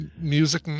Music